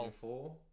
four